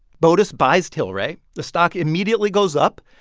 botus buys tilray. the stock immediately goes up.